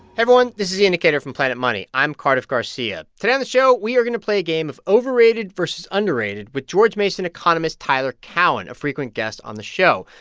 everyone. this is the indicator from planet money. i'm cardiff garcia. today on the show, we are going to play a game of overrated versus underrated with george mason economist tyler cowen, a frequent guest on the show.